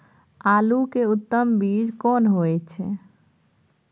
आलू के उत्तम बीज कोन होय है?